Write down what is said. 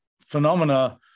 phenomena